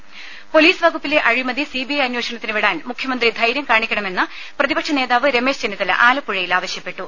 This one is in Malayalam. ദേദ പൊലീസ് വകുപ്പിലെ അഴിമതി സി ബി ഐ അന്വേഷണത്തിന് വിടാൻ മുഖ്യമന്ത്രി ധൈര്യം കാണിക്കണമെന്ന് പ്രതിപക്ഷ നേതാവ് രമേശ് ചെന്നിത്തല ആലപ്പുഴയിൽ ആവശ്യപ്പെട്ടു